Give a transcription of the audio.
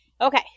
okay